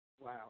Wow